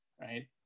Right